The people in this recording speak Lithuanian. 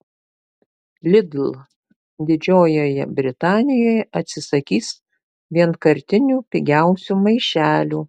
lidl didžiojoje britanijoje atsisakys vienkartinių pigiausių maišelių